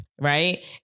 right